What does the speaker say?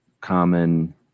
common